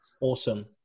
Awesome